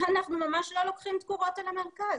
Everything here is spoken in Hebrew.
אנחנו ממש לא לוקחים תקורות על המרכז.